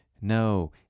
No